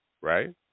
right